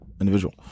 individual